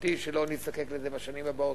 ותקוותי שלא נזדקק לזה בשנים הבאות.